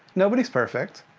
nobody's perfect,